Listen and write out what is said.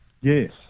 Yes